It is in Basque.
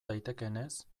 daitekeenez